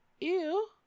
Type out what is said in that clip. Ew